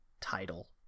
title